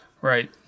Right